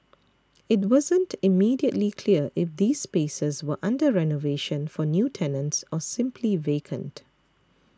it wasn't immediately clear if these spaces were under renovation for new tenants or simply vacant